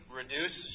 reduce